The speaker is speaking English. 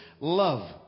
love